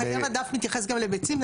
חיי מדף מתייחס גם לביצים?